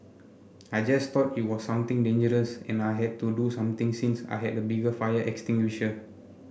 I just thought it was something dangerous and I had to do something since I had a bigger fire extinguisher